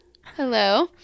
Hello